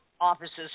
offices